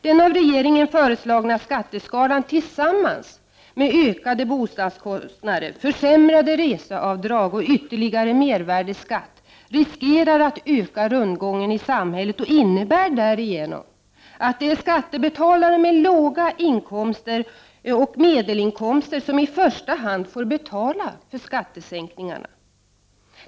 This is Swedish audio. Den av regeringen föreslagna skatteskalan, tillsammans med ökade bostadskostnader, försämrade reseavdrag och ytterligare mervärdeskatt, riskerar att öka rundgången i samhället och innebär därigenom att det är skattebetalare med låga inkomster och medelinkomster som i första hand får betala för skattesänkningarna.